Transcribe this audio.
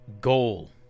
goal